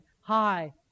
Hi